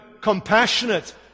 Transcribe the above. compassionate